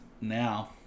now